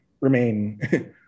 remain